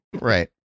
Right